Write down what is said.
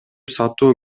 сатуу